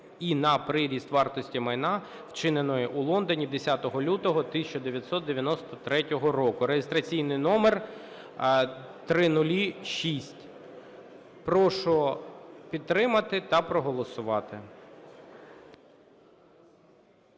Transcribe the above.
і на приріст вартості майна, вчиненої у Лондоні 10 лютого 1993 року (реєстраційний номер 0006). Прошу підтримати та проголосувати.